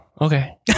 Okay